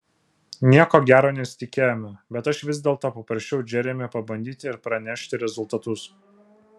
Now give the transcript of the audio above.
nieko gero nesitikėjome bet aš vis dėlto paprašiau džeremį pabandyti ir pranešti rezultatus